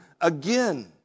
again